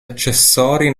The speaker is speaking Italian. accessori